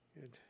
Good